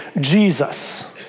Jesus